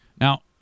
Now